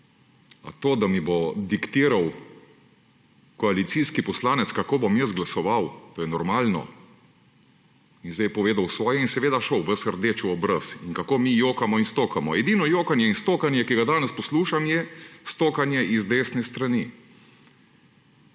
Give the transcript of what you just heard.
A to, da mi bo diktiral koalicijski poslanec, kako bom jaz glasoval, to je normalno? In zdaj je povedal svoje in seveda šel, ves rdeč v obraz. In kako mi jokamo in stokamo. Edino jokanje in stokanje, ki ga danes poslušam, je stokanje z desne strani.